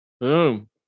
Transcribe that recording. Boom